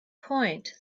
point